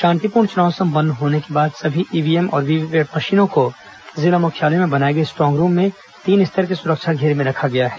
शांतिपूर्ण चुनाव संपन्न होने के बाद सभी ईव्हीएम और वीवीपैट मशीनों को जिला मुख्यालयों में बनाए गए स्ट्रांग रूम में तीन स्तर के सुरक्षा घेरे में रखा गया है